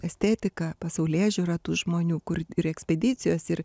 estetiką pasaulėžiūrą tų žmonių kur ir ekspedicijos ir